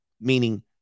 meaning